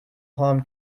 harm